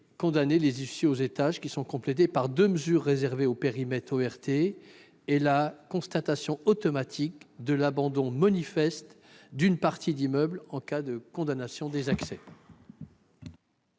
condamner les issues aux étages. Elles sont complétées par deux mesures réservées aux périmètres ORT, et la constatation automatique de l'abandon manifeste d'une partie d'immeuble en cas de condamnation des accès.